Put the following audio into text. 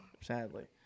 sadly